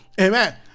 Amen